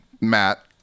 Matt